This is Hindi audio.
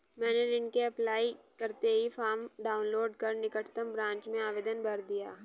मैंने ऋण के अप्लाई करते ही फार्म डाऊनलोड कर निकटम ब्रांच में आवेदन भर दिया